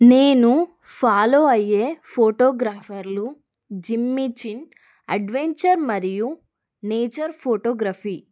నేను ఫాలో అయ్యే ఫోటోగ్రాఫర్లు జిమ్మీజిన్ అడ్వెంచర్ మరియు నేచర్ ఫోటోగ్రఫీ